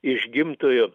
iš gimtojo